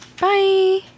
Bye